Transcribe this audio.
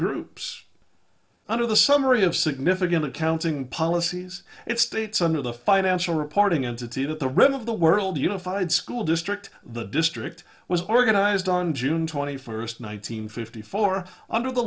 groups under the summary of significant accounting policies it states under the financial reporting entity that the rest of the world unified school district the district was organized on june twenty first one nine hundred fifty four under the